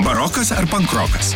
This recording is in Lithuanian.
barokas ar pankrokas